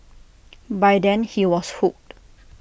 by then he was hooked